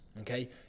okay